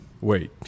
Wait